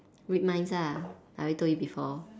read minds ah I already told you before